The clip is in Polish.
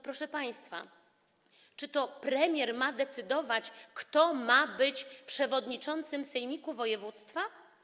Proszę państwa, czy to premier ma decydować, kto ma być przewodniczącym sejmiku województwa?